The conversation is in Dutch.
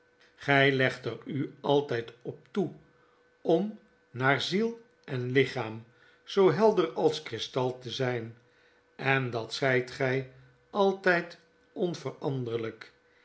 gy legt er u altyd op toe om naar ziel en lichaam zoo helder als kristal te zyn en dat zyt gij altyd onveranderlyk